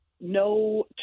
no